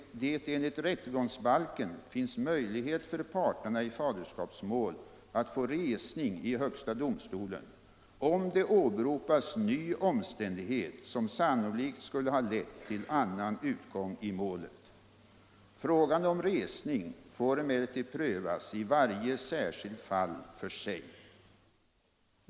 Om fysiskt-antroporättegångsbalken finns möjlighet för parterna i faderskapsmål att få res — logiska undersökning i högsta domstolen om det åberopas ny omständighet som sannolikt — ningar i faderskapsskulle ha lett till annan utgång i målet. Frågan om resning får emellertid — ärenden prövas i varje särskilt fall för sig.